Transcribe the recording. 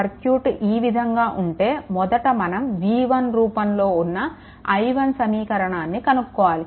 circuit ఈ విధంగా ఉంటే మొదట మనం v1 రూపంలో ఉన్న i1 సమీకరణాన్ని కనుక్కోవాలి